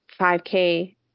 5k